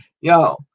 yo